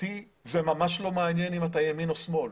אותי זה ממש לא מעניין אם אתה ימין או שמאל,